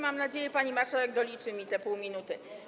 Mam nadzieję, że pani marszałek doliczy mi te pół minuty.